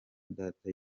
data